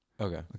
Okay